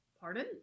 Pardon